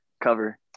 cover